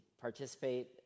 participate